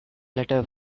letter